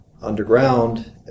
Underground